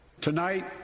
Tonight